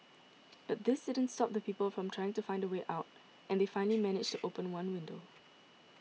but this didn't stop people from trying to find a way out and they finally managed to open one window